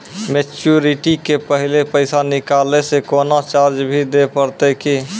Maturity के पहले पैसा निकालै से कोनो चार्ज भी देत परतै की?